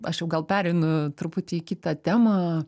aš jau gal pereinu truputį į kitą temą